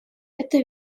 это